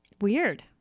Weird